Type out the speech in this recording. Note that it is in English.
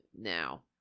Now